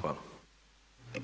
hvala.